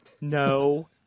No